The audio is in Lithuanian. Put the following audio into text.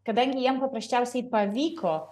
kadangi jiem paprasčiausiai pavyko